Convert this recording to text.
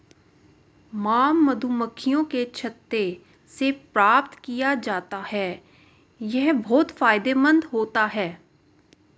mom मधुमक्खियों के छत्ते से प्राप्त किया जाता है यह बहुत फायदेमंद होता है